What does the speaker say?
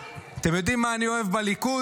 אתם יודעים מה אני אוהב בליכוד?